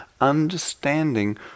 understanding